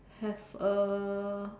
have a